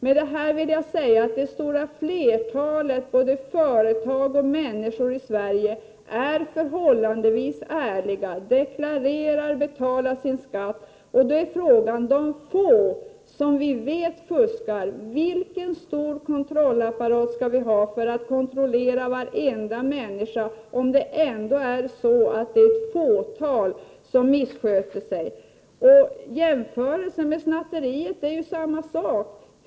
Med det här vill jag säga att det stora flertalet, både företag och människor, är förhållandevis ärliga, deklarerar, betalar sin skatt. Då är frågan: Hur stor kontrollapparat skall vi ha för att kontrollera det fåtal som missköter sig? Med snatterier förhåller det sig på samma sätt.